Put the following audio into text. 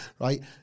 right